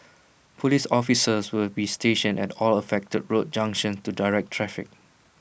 Police officers will be stationed at all affected road junctions to direct traffic